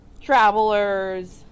travelers